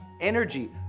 energy